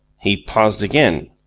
he paused again.